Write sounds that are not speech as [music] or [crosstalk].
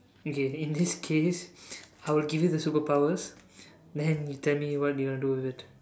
okay in this case [laughs] I will give you the superpowers then you will tell me what you want to do with it